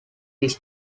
this